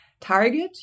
target